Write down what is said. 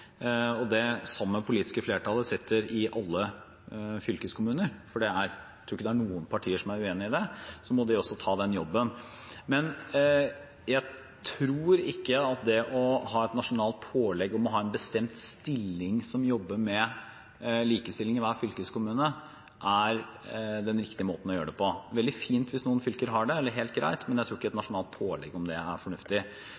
og det samme politiske flertallet sitter i alle fylkeskommuner – for jeg tror ikke det er noen partier som er uenig i det – må de også ta den jobben. Men jeg tror ikke at det å ha et nasjonalt pålegg om å ha en bestemt stilling som jobber med likestilling i hver fylkeskommune, er den riktige måten å gjøre det på. Det er veldig fint hvis noen fylker har det, eller helt greit, men jeg tror ikke et